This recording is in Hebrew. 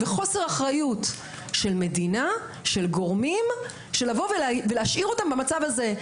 ובחוסר אחריות של המדינה בהשארת הגורמים במצב הזה.